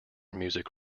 music